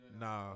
nah